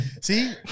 See